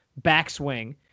backswing